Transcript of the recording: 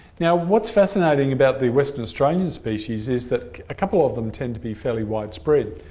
now what's fascinating about the western australian species is that a couple of them tend to be fairly widespread,